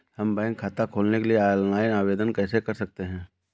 हम बैंक खाता खोलने के लिए ऑनलाइन आवेदन कैसे कर सकते हैं?